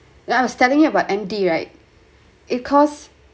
and I was telling you about M D right it cause